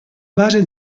base